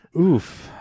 oof